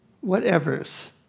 whatever's